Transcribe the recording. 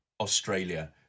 Australia